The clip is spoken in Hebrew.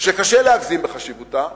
שקשה להגזים בחשיבותה,